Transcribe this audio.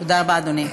תודה רבה, אדוני.